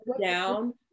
down